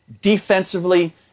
defensively